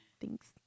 Thanks